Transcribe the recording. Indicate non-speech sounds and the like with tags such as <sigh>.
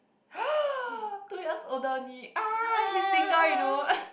<noise> two years older only ah he's single you know <laughs>